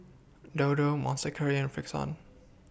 Dodo Monster Curry and Frixion